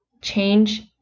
Change